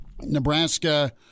Nebraska